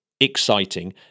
exciting